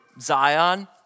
zion